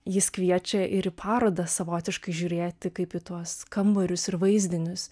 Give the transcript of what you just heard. jis kviečia ir į parodą savotiškai žiūrėti kaip į tuos kambarius ir vaizdinius